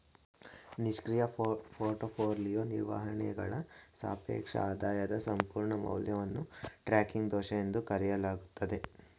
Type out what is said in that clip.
ನಿಷ್ಕ್ರಿಯ ಪೋರ್ಟ್ಫೋಲಿಯೋ ನಿರ್ವಹಣೆಯಾಳ್ಗ ಸಾಪೇಕ್ಷ ಆದಾಯದ ಸಂಪೂರ್ಣ ಮೌಲ್ಯವನ್ನು ಟ್ರ್ಯಾಕಿಂಗ್ ದೋಷ ಎಂದು ಕರೆಯಲಾಗುತ್ತೆ